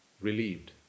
relieved